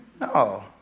No